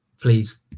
Please